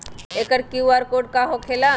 एकर QR code का होकेला?